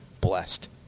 blessed